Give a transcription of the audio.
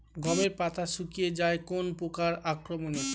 গমের পাতা শুকিয়ে যায় কোন পোকার আক্রমনে?